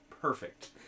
perfect